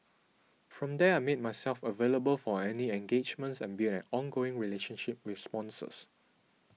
from there I made myself available for any engagements and built an ongoing relationship with sponsors